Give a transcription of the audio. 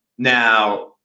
Now